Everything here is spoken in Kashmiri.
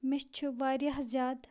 مےٚ چھُ واریاہ زیادٕ